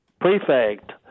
prefect